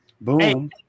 boom